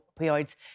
opioids